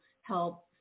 help